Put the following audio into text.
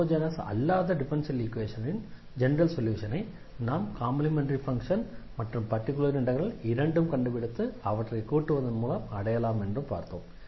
homogeneous அல்லாத differential ஈக்வேஷனின் general சொல்யூஷனை நாம் காம்ப்ளிமெண்டரி ஃபங்ஷன் மற்றும் பர்டிகுலர் இண்டெக்ரல் இரண்டும் கண்டுபிடித்து அவற்றை கூட்டுவதன் மூலம் அடையலாம் என்றும் பார்த்தோம்